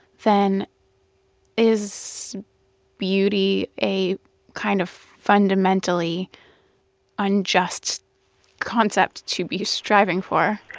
then is beauty a kind of fundamentally unjust concept to be striving for?